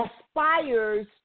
aspires